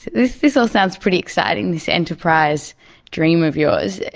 this this all sounds pretty exciting, this enterprise dream of yours.